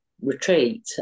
retreat